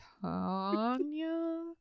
Tanya